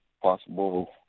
possible